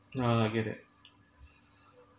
ah I get it